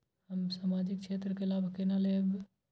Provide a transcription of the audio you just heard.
हम सामाजिक क्षेत्र के लाभ केना लैब?